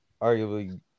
arguably